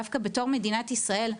דווקא בתור מדינת ישראל,